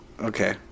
Okay